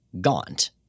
Gaunt